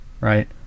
right